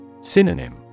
Synonym